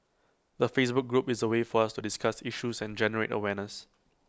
the Facebook group is A way for us to discuss issues and generate awareness